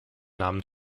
namen